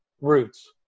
roots